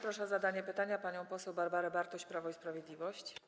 Proszę o zadanie pytania panią poseł Barbarę Bartuś, Prawo i Sprawiedliwość.